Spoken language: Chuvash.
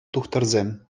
тухтӑрсем